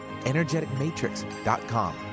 energeticmatrix.com